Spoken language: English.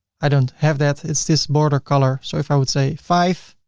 i don't have that. it's this border color. so if i would say five